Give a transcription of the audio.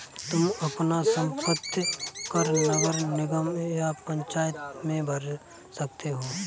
तुम अपना संपत्ति कर नगर निगम या पंचायत में भर सकते हो